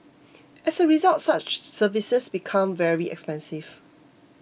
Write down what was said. as a result such services become very expensive